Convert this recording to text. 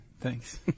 Thanks